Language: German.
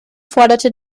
forderte